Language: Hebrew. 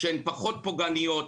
שהן פחות פוגעניות,